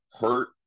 hurt